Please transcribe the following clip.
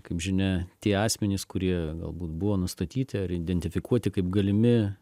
kaip žinia tie asmenys kurie galbūt buvo nustatyti ar identifikuoti kaip galimi